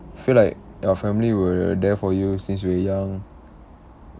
feel like your family were there for you since you were young